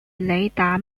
雷达